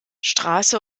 straße